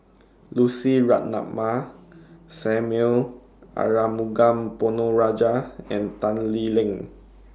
Lucy Ratnammah Samuel Arumugam Ponnu Rajah and Tan Lee Leng